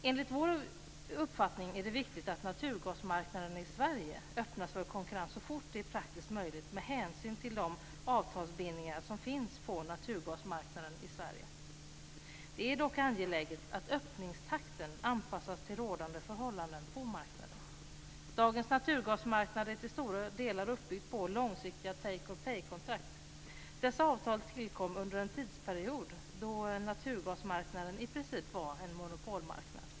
Enligt vår uppfattning är det viktigt att naturgasmarknaden i Sverige öppnas för konkurrens så fort det är praktiskt möjligt med hänsyn till de avtalsbindningar som finns på naturgasmarknaden i Sverige. Det är dock angeläget att öppningstakten anpassas till rådande förhållanden på marknaden. Dagens naturgasmarknad är till stora delar uppbyggd på långsiktiga take or pay-kontrakt. Dessa avtal tillkom under en tidsperiod då naturgasmarknaden i princip var en monopolmarknad.